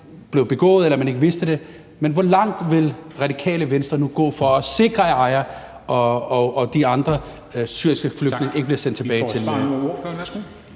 blev begået, eller at man ikke vidste det. Hvor langt vil Radikale Venstre nu gå for at sikre, at Aya og de andre syriske flygtninge ikke bliver sendt tilbage? Kl.